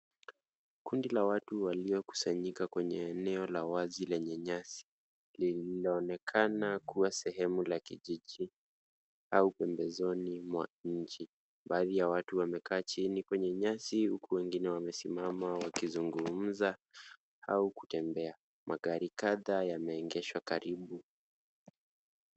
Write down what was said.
Kundi la watu waliokusanyika kwenye eneo la wazi lenye nyasi linaonekana kuwa sehemu ya kijiji au pembezoni mwa nchi. Baadhi ya watu wamekaa chini kwenye nyasi huku wengine wamesimama wakizungumza au kutembea. Magari kadha yameegeshwa karibu.